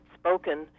spoken